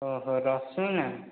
ଓହୋ ରଶ୍ମିନା